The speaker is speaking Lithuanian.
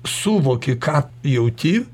suvoki ką tu jauti